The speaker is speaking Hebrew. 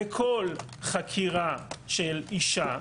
בכל חקירה של אישה,